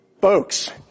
Folks